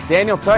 Daniel